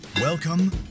Welcome